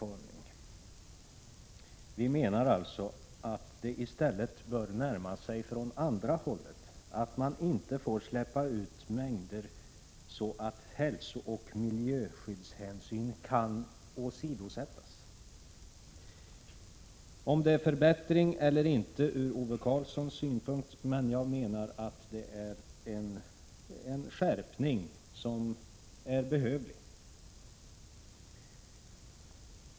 Jag menar alltså att vi i stället bör närma oss från andra hållet och säga att man inte får släppa ut ämnen ”i sådan mängd att hälsooch miljöskyddshänsynen kan åsidosättas”. Jag menar att det är en skärpning som är behövlig.